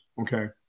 Okay